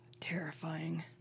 Terrifying